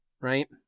right